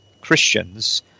Christians